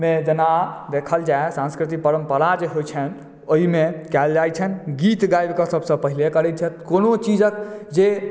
मे जेना देखल जाए सांस्कृतिक परम्परा जे होइ छनि ओहिमे कयल जाइत छनि गीत गाबि कऽ सभसॅं पहिले करै छथि कोनो चीजक जे